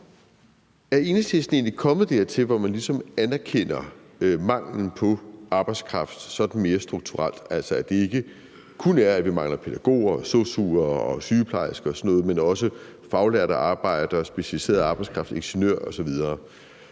to: Er Enhedslisten egentlig kommet dertil, hvor man ligesom anerkender manglen på arbejdskraft sådan mere strukturelt, altså at problemet ikke kun er, at vi mangler pædagoger og sosu'er og sygeplejersker og sådan noget, men også faglærte arbejdere, specialiseret arbejdskraft, ingeniører osv.,